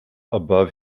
above